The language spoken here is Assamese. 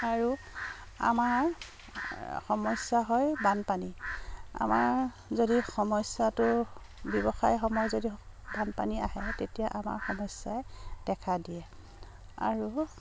আৰু আমাৰ সমস্যা হয় বানপানী আমাৰ যদি সমস্যাটো ব্যৱসায়সমূহ যদি বানপানী আহে তেতিয়া আমাৰ সমস্যাই দেখা দিয়ে আৰু